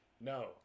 No